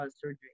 surgery